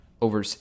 Over